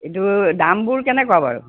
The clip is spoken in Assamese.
কিন্তু দামবোৰ কেনেকুৱা বাৰু